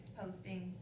postings